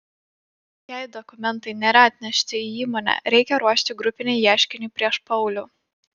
jei dokumentai nėra atnešti į įmonę reikia ruošti grupinį ieškinį prieš paulių